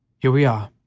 here we are!